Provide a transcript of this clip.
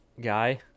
guy